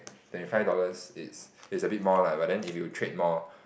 twenty five dollars it's is a bit more lah but then if you trade more